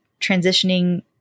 Transitioning